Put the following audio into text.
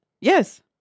yes